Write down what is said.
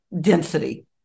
density